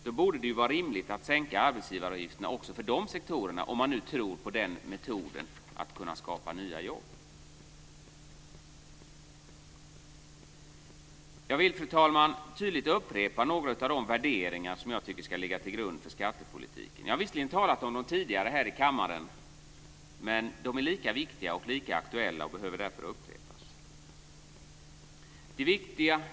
Då borde det ju vara rimligt att sänka arbetsgivaravgifterna också för de sektorerna, om man nu tror på den metoden att skapa nya jobb. Jag vill, fru talman, tydligt upprepa några av de värderingar som jag tycker ska ligga till grund för skattepolitiken. Jag har visserligen talat om dem tidigare här i kammaren, men de är lika viktiga och lika aktuella och behöver därför upprepas.